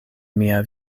mia